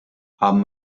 haben